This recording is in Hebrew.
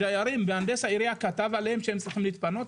מהנדס העירייה כתב לדיירים שהם צריכים להתפנות,